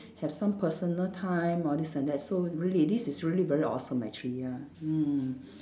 have some personal time all this and that so really this is really very awesome actually ya mm